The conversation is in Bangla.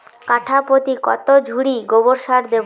কাঠাপ্রতি কত ঝুড়ি গোবর সার দেবো?